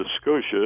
Scotia